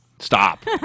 Stop